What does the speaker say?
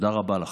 תודה רבה לכם.